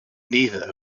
neither